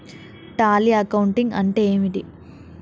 Tally accounting అంటే ఏమిటి?